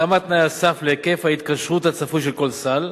התאמת תנאי הסף להיקף ההתקשרות הצפוי של כל סל,